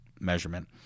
measurement